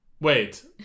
Wait